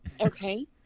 okay